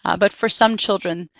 ah but for some children,